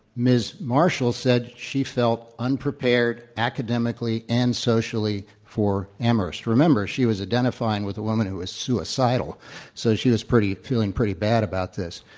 ms. marshall said she felt unprepared academically and socially for amherst. remember, she was identifying with a woman who was suicidal so she was pretty feeling pretty bad about this.